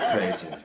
Crazy